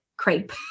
crepe